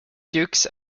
dukes